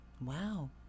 Wow